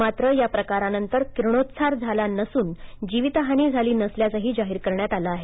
मात्र या प्रकारानंतर किरणोत्सार झाला नसून जीवितहानी झाली नसल्याचंही जाहीर करण्यात आलं आहे